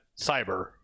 cyber